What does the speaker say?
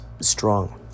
strong